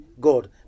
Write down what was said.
God